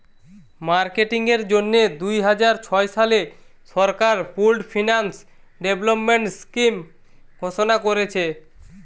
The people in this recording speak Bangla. মার্কেটিং এর জন্যে দুইহাজার ছয় সালে সরকার পুল্ড ফিন্যান্স ডেভেলপমেন্ট স্কিং ঘোষণা কোরেছে